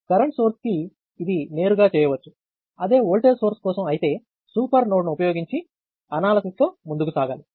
current source కి ఇది నేరుగా చేయవచ్చు అదే వోల్టేజ్ సోర్స్ కోసం అయితే సూపర్ నోడ్ను ఉపయోగించి అనాలసిస్ తో ముందుకు సాగాలి